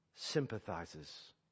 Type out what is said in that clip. Sympathizes